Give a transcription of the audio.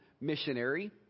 missionary